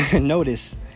notice